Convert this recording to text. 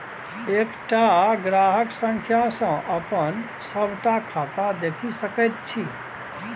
एकटा ग्राहक संख्या सँ अपन सभटा खाता देखि सकैत छी